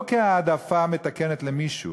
לא כהעדפה מתקנת למישהו.